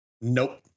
Nope